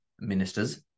ministers